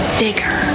bigger